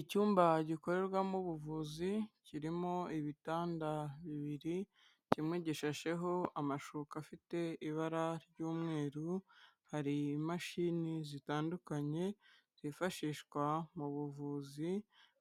Icyumba gikorerwamo ubuvuzi kirimo ibitanda bibiri, kimwe gishasheho amashuka afite ibara ry'umweru, hari imashini zitandukanye zifashishwa mu buvuzi,